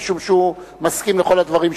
משום שהוא מסכים לכל הדברים שנאמרו.